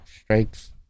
strikes